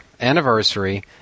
anniversary